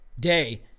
Day